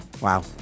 Wow